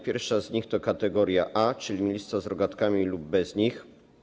Pierwsza z nich to kategoria A, czyli miejsca z rogatkami lub bez nich.